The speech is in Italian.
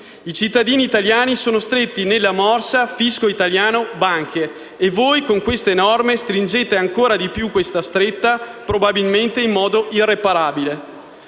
I cittadini italiani sono stretti nella morsa fisco italiano e banche e voi, con queste norme, la stringete ancora di più, probabilmente in modo irreparabile.